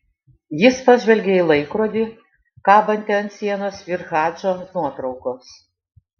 jis pažvelgė į laikrodį kabantį ant sienos virš hadžo nuotraukos